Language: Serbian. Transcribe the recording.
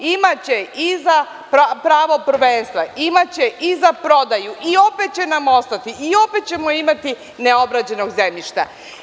Imaće i za pravo prvenstva i za prodaju i opet će nam ostati i opet ćemo imati neobrađenog zemljišta.